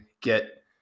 get